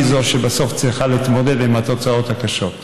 היא שצריכה להתמודד עם התוצאות הקשות.